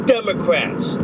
Democrats